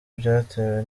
byatewe